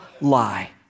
lie